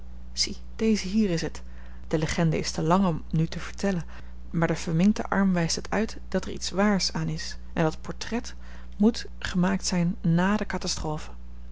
zie deze hier is het de legende is te lang om nu te vertellen maar de verminkte arm wijst het uit dat er iets waars aan is en dat het portret moet gemaakt zijn nà de catastrophe